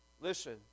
Listen